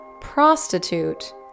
Prostitute